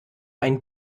ein